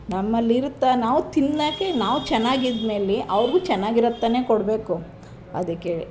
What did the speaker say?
ನಮ್ಮಲ್ಲಿರುತ್ತೆ ನಾವು ತಿನ್ನೋಕ್ಕೆ ನಾವು ಚೆನ್ನಾಗಿದ್ಮೇಲೆ ಅವ್ರಿಗೂ ಚೆನ್ನಾಗಿರೋದು ತಾನೇ ಕೊಡಬೇಕು ಅದಕ್ಕೆ